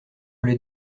les